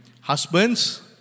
Husbands